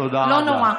לא נורא.